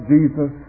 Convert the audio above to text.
Jesus